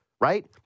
right